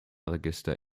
register